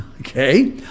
okay